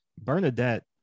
Bernadette